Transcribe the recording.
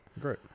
Great